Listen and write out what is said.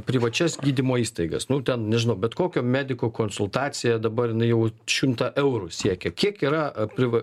privačias gydymo įstaigas nu ten nežinau bet kokio mediko konsultacija dabar jinai jau šimtą eurų siekia kiek yra a priva